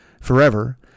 forever